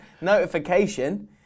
notification